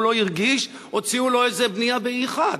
הוא לא הרגיש, הוציאו לו איזה בנייה ב-E1.